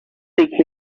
take